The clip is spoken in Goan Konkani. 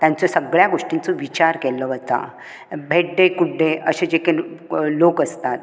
तांच्या सगळ्या गोश्टींचो विचार केल्लो वता भेड्डें कुड्डें अशें जे लोक आसतात